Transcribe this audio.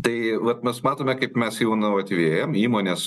tai vat mes matome kaip mes jau inovatyvėjam įmonės